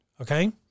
okay